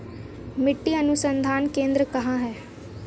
मिट्टी अनुसंधान केंद्र कहाँ है?